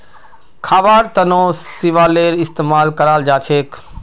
खाबार तनों शैवालेर इस्तेमाल कराल जाछेक